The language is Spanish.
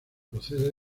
procede